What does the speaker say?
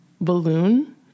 balloon